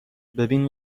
ببین